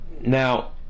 now